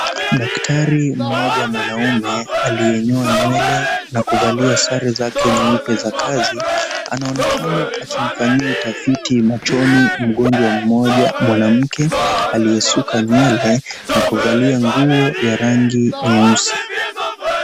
Daktari mmoja mwanaume aliyenyoa nywele na kuvalia sare zake nyeupe za kazi anaonekana akiufanyia utafiti machoni mgonjwa mmoja mwanamke, aliyesuka nywele na kuvalia nguo ya rangi nyeusi.